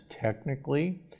technically